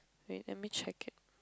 wait let me check it